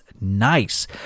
nice